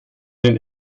den